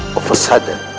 of a sudden,